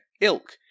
ilk